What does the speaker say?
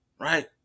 right